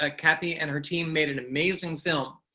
ah kathy and her team made an amazing film.